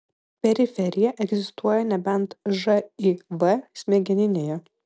periferija egzistuoja nebent živ smegeninėje